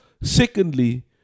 Secondly